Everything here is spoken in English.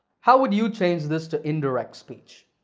how would you change this to indirect speech?